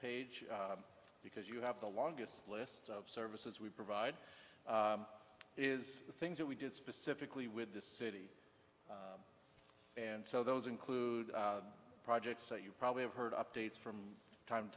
page because you have the longest list of services we provide is the things that we did specifically with this city and so those include projects that you probably have heard updates from time to